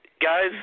Guys